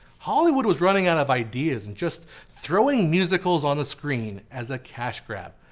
hollywood was running out of ideas and just throwing musicals on the screen as a cash grab.